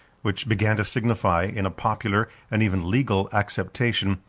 which began to signify in a popular, and even legal, acceptation,